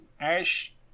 Ash